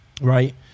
right